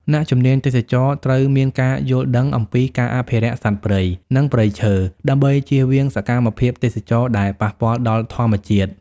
អ្នកជំនាញទេសចរណ៍ត្រូវមានការយល់ដឹងអំពីការអភិរក្សសត្វព្រៃ និងព្រៃឈើ ដើម្បីចៀសវាងសកម្មភាពទេសចរណ៍ដែលប៉ះពាល់ដល់ធម្មជាតិ។